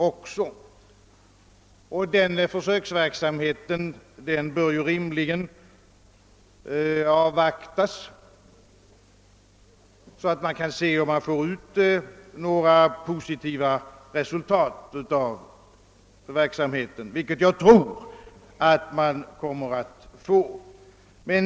Resultaten av försöksverksamheten bör rimligen avvaktas, så att man kan konstatera om de blir positiva, vilket jag för min del tror.